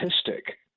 statistic